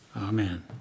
Amen